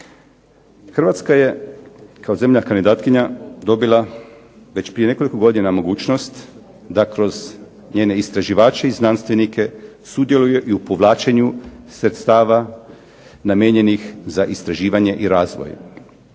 Hrvatska je kao zemlja kandidatkinja dobila već prije nekoliko godina mogućnost da kroz njene istraživače i znanstvenike sudjeluje i u povlačenju sredstava namijenjenih za istraživanje i razvoj.